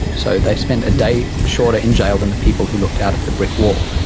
so they spent a day shorter in jail than the people who looked out at the brick wall.